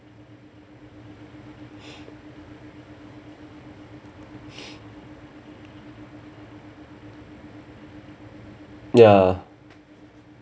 ya